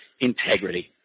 integrity